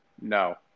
No